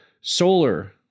solar